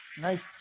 Nice